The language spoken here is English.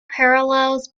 parallels